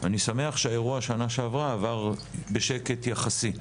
אני שמח שהאירוע שנה שעברה עבר בשקט יחסי,